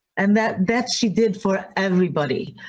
and that that she did for everybody.